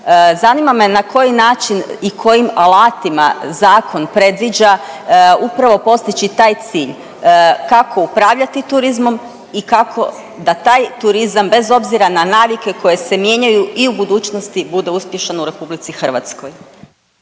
Zanima me na koji način i kojim alatima zakon predviđa upravo postići taj cilj, kako upravljati turizmom i kako da taj turizam bez obzira na navike koje se mijenjaju i u budućnosti bude uspješan u RH?